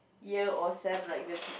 year or sem like the